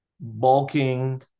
bulking